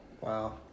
Wow